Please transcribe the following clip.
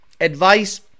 advice